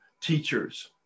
teachers